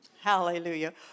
Hallelujah